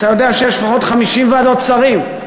אתה יודע שיש לפחות 50 ועדות שרים.